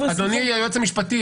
אדוני היועץ המשפטי,